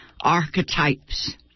archetypes